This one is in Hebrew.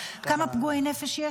12,000. כמה פגועי נפש יש?